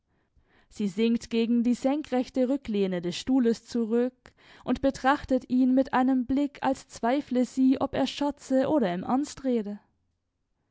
sie sinkt gegen die senkrechte rücklehne des stuhles zurück und betrachtet ihn mit einem blick als zweifle sie ob er scherze oder im ernst rede